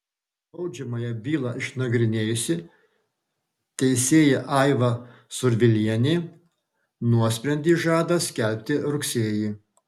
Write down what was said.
baudžiamąją bylą išnagrinėjusi teisėja aiva survilienė nuosprendį žada skelbti rugsėjį